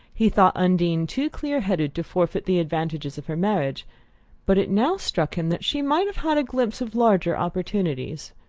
he thought undine too clear-headed to forfeit the advantages of her marriage but it now struck him that she might have had a glimpse of larger opportunities.